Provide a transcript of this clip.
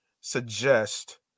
suggest